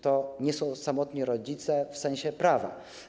To nie są samotni rodzice w sensie prawym.